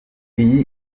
iyi